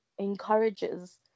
encourages